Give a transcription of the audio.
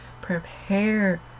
prepare